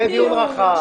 יהיה דיון רחב,